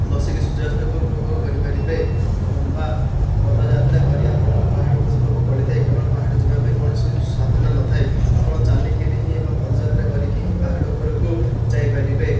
ବସିକି ସୂର୍ଯ୍ୟାସ୍ତକୁ ଉପଭୋଗ କରିପାରିବେ ଲମ୍ବା ପଦଯାତ୍ରା କରି ଆପଣଙ୍କୁ ପାହାଡ଼ ଯିବାକୁ ପଡ଼ିଥାଏ କାରଣ ପାହାଡ଼ ଯିବାପାଇଁ କୌଣସି ସାଧନା ନଥାଏ ଆପଣ ଚାଲିକି ହିଁ ଏବଂ ପଦଯାତ୍ରା କରିକି ହିଁ ପାହାଡ଼ ଉପରକୁ ଯାଇପାରିବେ